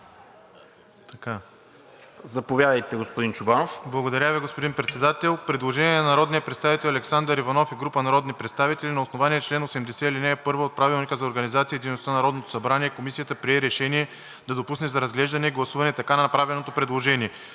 Заповядайте, господин Манев.